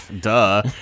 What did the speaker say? duh